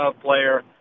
player